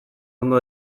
ondo